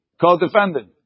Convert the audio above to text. co-defendant